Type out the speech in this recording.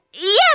Yes